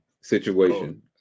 situation